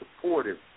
supportive